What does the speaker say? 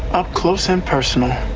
up close and personal.